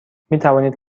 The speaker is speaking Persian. میتوانید